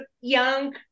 young